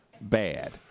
bad